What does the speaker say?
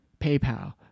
paypal